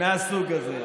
מהסוג הזה.